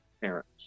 parents